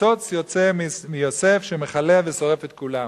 ניצוץ יוצא מיוסף שמכלה ושורף את כולם.